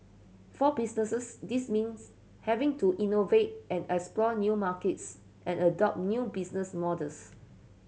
for businesses this means having to innovate and explore new markets and adopt new business models